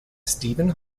stephen